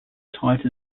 tight